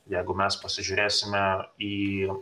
jeigu mes pasižiūrėsime į